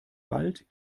bald